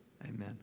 Amen